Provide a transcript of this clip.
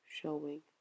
showing